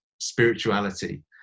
spirituality